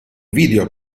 video